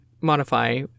modify